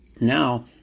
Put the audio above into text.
now